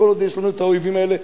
כל עוד יש לנו את האויבים האלה,